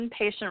inpatient